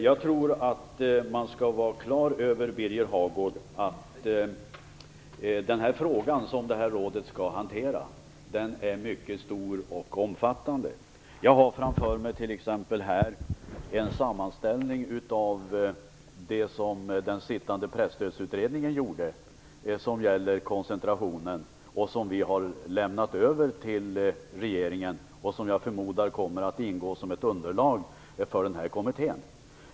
Jag tror att man skall vara klar över att den fråga som rådet skall hantera är mycket stor och omfattande, Birger Hagård. Jag har framför mig en sammanställning av det som den sittande presstödsutredningen gjorde vad gäller koncentrationen. Vi har lämnat över det till regeringen. Jag förmodar att det kommer att ingå som ett underlag för kommittén.